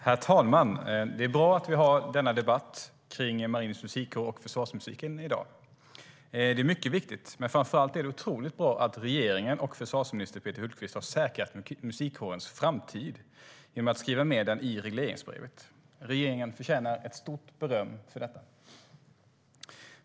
Herr talman! Det är bra att vi har denna debatt om Marinens musikkår och försvarsmusiken i dag. Det är mycket viktigt. Framför allt är det otroligt bra att regeringen och försvarsminister Peter Hultqvist har säkrat musikkårens framtid genom att skriva in den i regleringsbrevet. Regeringen förtjänar ett stort beröm för detta.